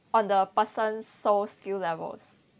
on the person soft skill levels